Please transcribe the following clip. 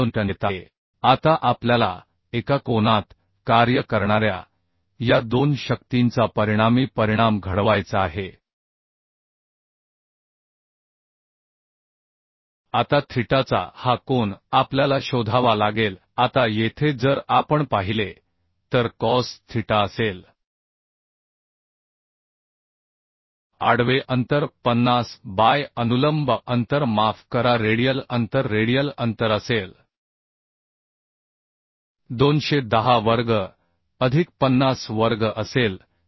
15 kilonewton येत आहे आता आपल्याला एका कोनात कार्य करणाऱ्या या दोन शक्तींचा परिणामी परिणाम घडवायचा आहे आता थिटाचा हा कोन आपल्याला शोधावा लागेल आता येथे जर आपण पाहिले तर कॉस थिटा असेल आडवे अंतर 50 बाय अनुलंब अंतर माफ करा रेडियल अंतर रेडियल अंतर असेल 210 वर्ग अधिक 50 वर्ग असेल